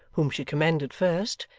whom she commended first,